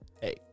hey